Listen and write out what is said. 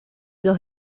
dos